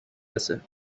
برسه